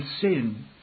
sin